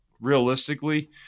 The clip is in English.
realistically